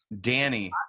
Danny